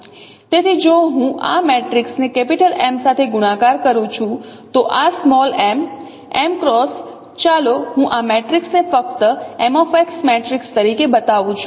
તેથી જો હું આ મેટ્રિક્સને M સાથે ગુણાકાર કરું છું તો આ m m ક્રોસ ચાલો હું આ મેટ્રિક્સને ફક્ત mX મેટ્રિક્સ તરીકે બતાવું છું